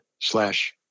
slash